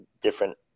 different